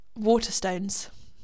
Waterstones